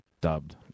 dubbed